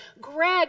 greg